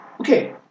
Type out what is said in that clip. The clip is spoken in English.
okay